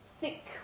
thick